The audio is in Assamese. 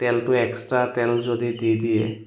তেলটো এক্সট্ৰা তেল যদি দি দিয়ে